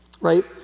right